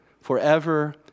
forever